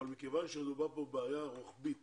אבל מכיוון שמדובר פה בבעיה רוחבית